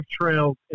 trails